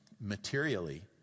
materially